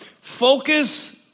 focus